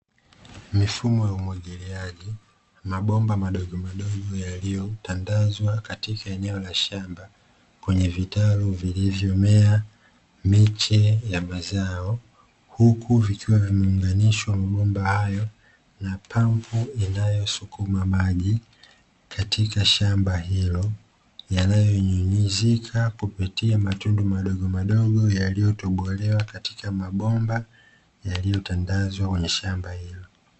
Mifumo ya umwagiliaji, mabomba madogomadogo yaliyotandazwa katika eneo la shamba kwenye vitalu vilivyomea miche ya mazao, huku vikiwa vimeunganishwa mabomba hayo na pampu inayosukuma maji katika shamba hilo yanayo nyunyuzika kupitia matundu madogomadogo yaliyotobolewa katika mabomba yaliyotandazwa katika shamba hilo.